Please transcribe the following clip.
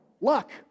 Luck